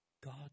God